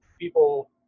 people